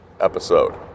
episode